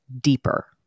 deeper